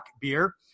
beer